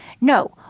No